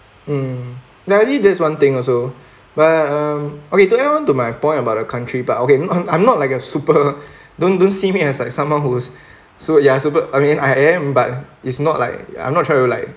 mm ya I think that's one thing also but um okay to add on to my point about the country but okay I'm I'm not like a super don't don't see me as like someone who's ya super I mean I am but it's not like I'm not try to like